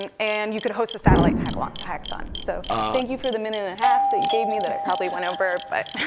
and and you could host a satellite hackathon. so thank you for the minute and a half that you gave me that i probably went over, but